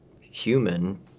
human